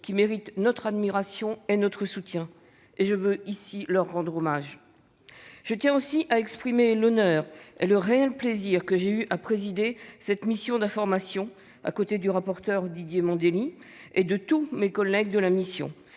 qui méritent notre admiration et notre soutien. Je veux ici leur rendre hommage. Je tiens aussi à exprimer l'honneur et le réel plaisir que j'ai eus à présider cette mission commune d'information aux côtés du rapporteur Didier Mandelli, et de tous les collègues membres de la mission,